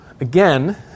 Again